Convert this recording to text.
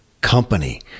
company